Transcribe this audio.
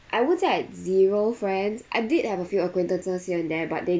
I wouldn't say I had zero friends I did have a few acquaintances here and there but they